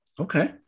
Okay